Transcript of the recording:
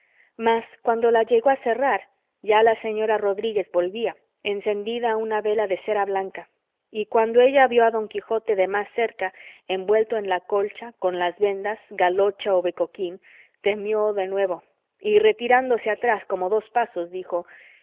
mas cuando la llegó a cerrar ya la señora rodríguez volvía encendida una vela de cera blanca y cuando ella vio a don quijote de más cerca envuelto en la colcha con las vendas galocha o becoquín temió de nuevo y retirándose atrás como dos pasos dijo